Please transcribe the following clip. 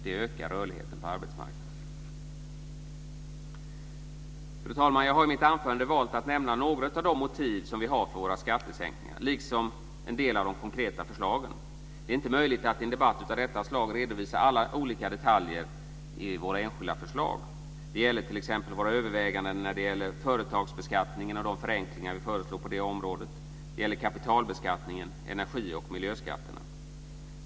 Det ökar rörligheten på arbetsmarknaden. Fru talman! Jag har i mitt anförande valt att nämna några av de motiv vi har för våra förslag till skattesänkningar liksom en del av de konkreta förslagen. Det är inte möjligt att i en debatt av detta slag redovisa alla olika detaljer i våra enskilda förslag. Det gäller t.ex. våra överväganden om företagsbeskattningen och förenklingar på det området, och det gäller kapitalbeskattningen och energi och miljöskatterna.